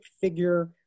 figure